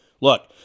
Look